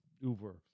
uber